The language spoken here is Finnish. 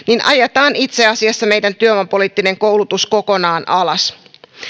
ajetaan itse asiassa meidän työvoimapoliittinen koulutuksemme kokonaan alas